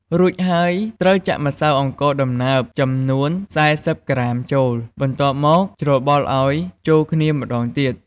រួចហើយត្រូវចាក់ម្សៅអង្ករដំណើបចំនួន ៤០ក្រាមចូល បន្ទាប់មកច្របល់ឲ្យចូលគ្នាម្ដងទៀត។